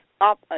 up